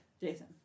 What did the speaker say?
Jason